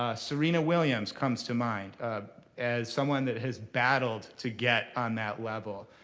ah serena williams comes to mind as someone that has battled to get on that level.